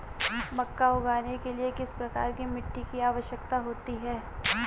मक्का उगाने के लिए किस प्रकार की मिट्टी की आवश्यकता होती है?